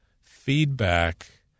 feedback